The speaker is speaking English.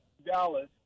Dallas